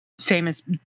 famous